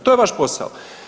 To je vaš posao.